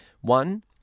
One